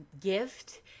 gift